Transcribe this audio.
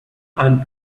and